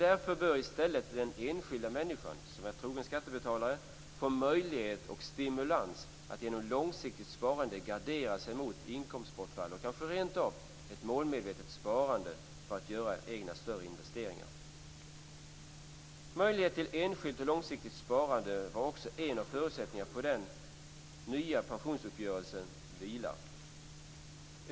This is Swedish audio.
Därför bör i stället den enskilda människan, som är trogen skattebetalare, få möjlighet och stimulans att genom långsiktigt sparande gardera sig mot inkomstbortfall, eller kanske rentav få möjlighet att spara målmedvetet för att göra egna större investeringar. Möjlighet till enskilt och långsiktigt sparande var också en av förutsättningarna på vilken den nya pensionsuppgörelsen vilar.